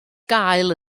gael